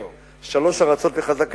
שלוש ארצות זו חזקה,